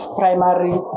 primary